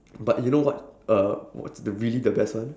but you know what uh what's the really the best one